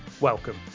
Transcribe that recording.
welcome